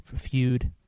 feud